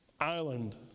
island